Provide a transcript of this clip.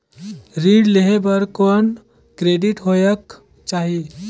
ऋण लेहे बर कौन क्रेडिट होयक चाही?